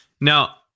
now